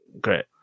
Great